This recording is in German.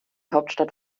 hauptstadt